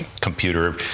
computer